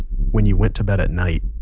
when you went to bed at night.